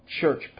church